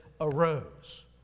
arose